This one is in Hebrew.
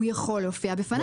הוא יכול להופיע בפניו.